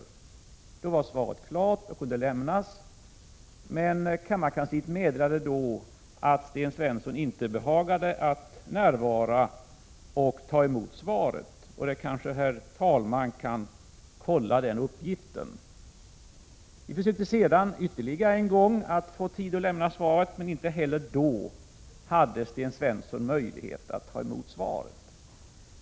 Svaret var alltså klart och kunde lämnas, men kammarkansliet meddelade då att Sten Svensson inte behagade närvara i kammaren för att ta emot. Vi försökte sedan ytterligare en gång att få tillfälle att lämna svaret, men inte heller då hade Sten Svensson möjlighet att ta emot det.